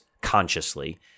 consciously